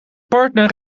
partner